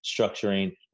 structuring